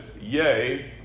yay